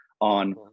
on